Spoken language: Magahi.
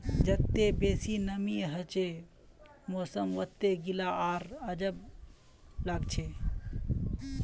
जत्ते बेसी नमीं हछे मौसम वत्ते गीला आर अजब लागछे